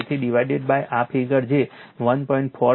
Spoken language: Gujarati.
તેથી ડીવાઇડેડ બાય આ ફિગર જે 1